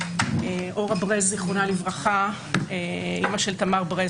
אורה ברז זיכרונה לברכה, אימא של תמר ברז